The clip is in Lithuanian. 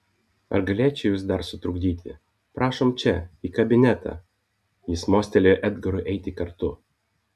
ar galėčiau jus dar sutrukdyti prašom čia į kabinetą jis mostelėjo edgarui eiti kartu